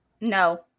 No